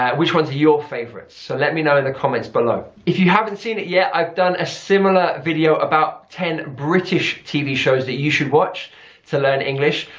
and which ones are your favourites, so let me know in the comments below. if you haven't seen it yet, i've done a similar video about ten british tv shows that you should watch to learn english.